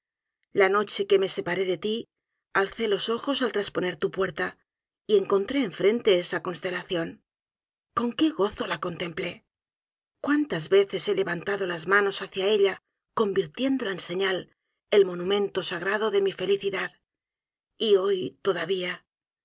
la noche que me separé de ti alcé los ojos al trasponer tu puerta y encontré enfrente esa constelación con qué gozóla contemplé cuántas veces he levantado las manos hacia ella convirtiéndola en señal el monumento sagrado de mi felicidad y hoy todavía